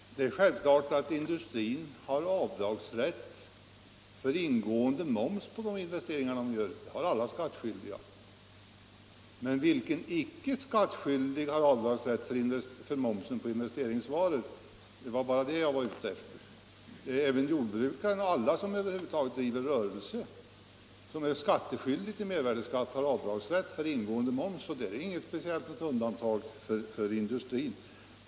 Herr talman! Det är självklart att industrin har avdragsrätt för ingående moms på de investeringar man gör. Det har alla skattskyldiga. Men vilken icke skattskyldig har avdragsrätt för momsen på investeringsvaror? Det var bara det jag var ute efter. Även jordbrukare och alla som över huvud taget driver en rörelse och som är skyldiga att betala mervärdeskatt har avdragsrätt för ingående moms. Där finns inget speciellt undantag för industrin.